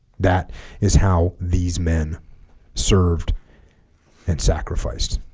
that is how these men served and sacrificed